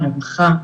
רווחה,